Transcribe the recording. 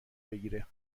بگیره